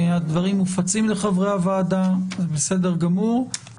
הדברים מופצים לחברי הוועדה אבל אנחנו